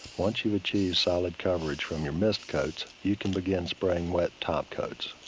once you achieved solid coverage from your mist coats, you can begin spraying wet top coats.